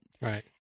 Right